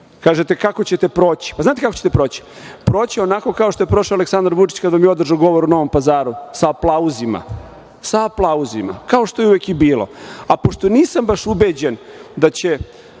- kako ćete proći. Znate kako ćete proći? Proći ćete onako kao što je prošao Aleksandar Vučić kada vam je održao govor u Novom Pazaru - sa aplauzima. Sa aplauzima, kao što je uvek i bilo. A pošto nisam baš ubeđen da će